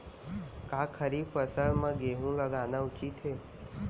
का खरीफ फसल म गेहूँ लगाना उचित है?